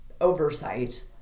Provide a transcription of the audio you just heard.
oversight